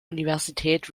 universität